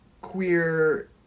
queer